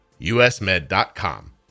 USmed.com